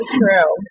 true